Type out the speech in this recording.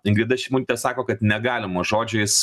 ingrida šimonytė sako kad negalima žodžiais